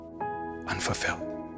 unfulfilled